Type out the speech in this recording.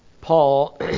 Paul